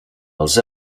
els